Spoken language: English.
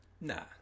Nah